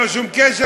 ללא שום קשר,